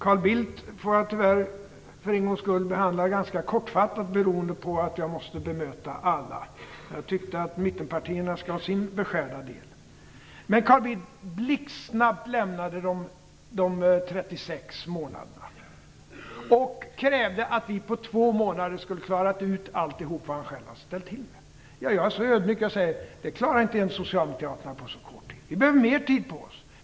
Carl Bildt får jag, tyvärr, för en gångs skull behandla ganska kortfattat beroende på att jag måste bemöta alla. Jag tyckte att mittenpartierna skulle få sin beskärda del. Carl Bildt lämnade blixtsnabbt de 36 månaderna och krävde att vi på två månader skulle klara ut allt som han själv hade ställt till med. Men jag är så ödmjuk att jag säger: Det klarar inte ens Socialdemokraterna på så kort tid. Vi behöver få mera tid på oss.